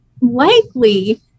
likely